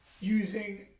Using